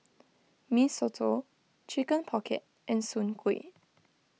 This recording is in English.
Mee Soto Chicken Pocket and Soon Kway